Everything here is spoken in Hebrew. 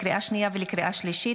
לקריאה שנייה ולקריאה שלישית,